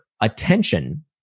attention